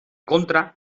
contra